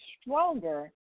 stronger